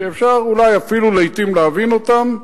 ואפשר אולי אפילו לעתים להבין אותם,